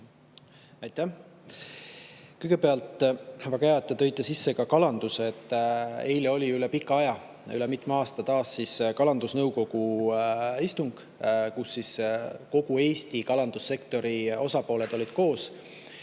Aitäh! Kõigepealt, väga hea, et te tõite sisse ka kalanduse. Eile oli üle pika aja, üle mitme aasta taas kalandusnõukogu istung, kus kogu Eesti kalandussektori osapooled olid koos.